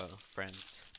friends